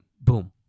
boom